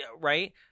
right